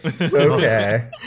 okay